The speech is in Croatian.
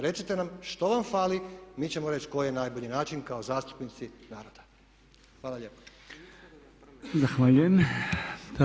Recite nam što vam fali, mi ćemo reći koji je najbolji način kao zastupnici naroda.